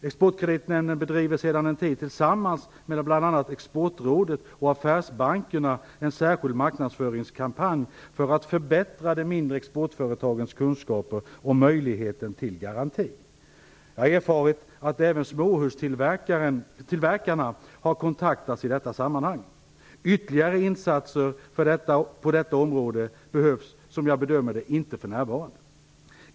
EKN bedriver sedan en tid tillsammans med bl.a. Exportrådet och affärsbankerna en särskild marknadsföringskampanj för att förbättra de mindre exportföretagens kunskaper om möjligheten till garanti. Jag har erfarit att även småhustillverkarna har kontaktats i detta sammanhang. Ytterligare insatser på detta område behövs, som jag bedömer det, inte för närvarande.